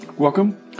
Welcome